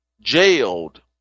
jailed